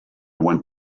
went